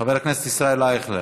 חבר הכנסת ישראל אייכלר,